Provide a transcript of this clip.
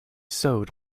sewed